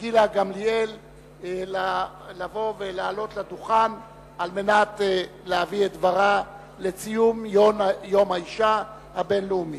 גילה גמליאל לעלות לדוכן כדי להביא את דברה לציון יום האשה הבין-לאומי.